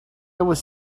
was